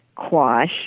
Quash